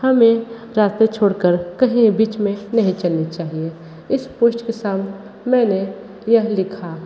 हमें रास्ते छोड़कर कहीं बीच में नहीं चलनी चाहिए इस पोस्ट के साथ मैंने यह लिखा